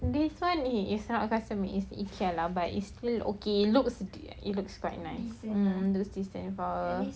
this one is not custom made it's ikea lah but it's still okay looks it looks fine lah mm looks decent [pe]